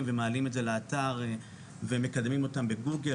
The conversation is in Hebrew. ומעלים את זה לאתר ומקדמים אותם בגוגל,